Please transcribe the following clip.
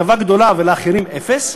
הטבה גדולה, ולאחרים אפס,